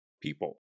people